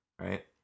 right